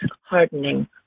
hardening